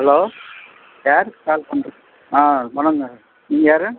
hello யார் call பண்ணுறது ஆ வணக்கங்க நீங்கள் யார்